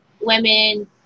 women